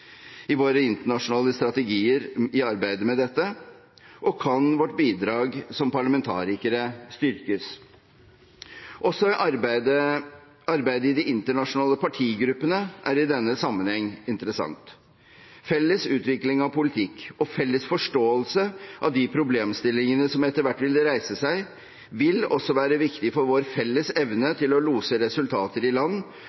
i våre internasjonale strategier i arbeidet med dette, og kan vårt bidrag som parlamentarikere styrkes? Også arbeidet i de internasjonale partigruppene er i denne sammenhengen interessant. Felles utvikling av politikk og felles forståelse av de problemstillingene som etter hvert vil reise seg, vil også være viktig for vår felles evne til å lose resultater i land,